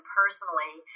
personally